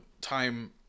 time